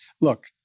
Look